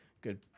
good